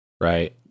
right